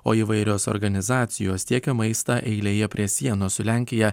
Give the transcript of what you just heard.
o įvairios organizacijos tiekia maistą eilėje prie sienos su lenkija